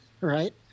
Right